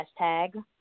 #Hashtag